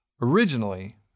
Originally